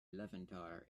levanter